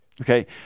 Okay